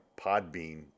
Podbean